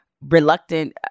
reluctant